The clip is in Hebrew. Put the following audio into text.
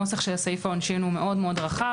הנוסח של סעיף העונשין הוא מאוד רחב,